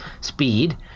speed